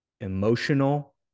emotional